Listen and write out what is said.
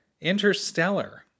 Interstellar